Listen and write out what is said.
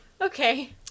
Okay